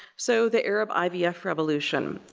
so, the arab ivf revolution.